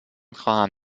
خواهم